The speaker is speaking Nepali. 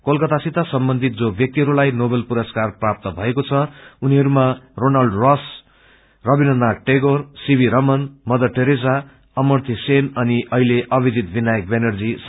कोलकाता सित सम्बन्जिधत जो व्याक्तिहरूलाई लोवल पुरस्कार प्राप्त भएको छ उनीहरूमा Ronald Ross Rabindranath Tagore C V Raman Mother Teresa Amartya Sen अनि अहिले अभिजीत विनायक व्यानर्जी सामेल छन्